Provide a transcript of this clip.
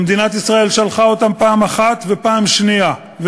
שמדינת ישראל שלחה אותם פעם אחת ופעם שנייה,